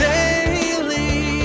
Daily